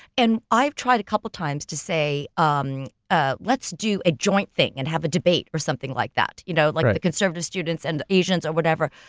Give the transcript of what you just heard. and i've tried a couple times to say, um ah let's do a joint thing and have a debate. or something like that. you know like the conservative students and the asians or whatever,